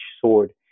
sword